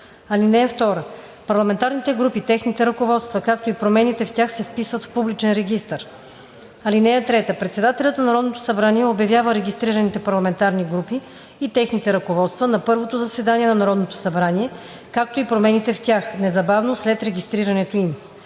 (2) Парламентарните групи, техните ръководства, както и промените в тях се вписват в публичен регистър. (3) Председателят на Народното събрание обявява регистрираните парламентарни групи и техните ръководства на първото заседание на Народното събрание, както и промените в тях – незабавно след регистрирането им.